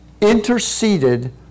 interceded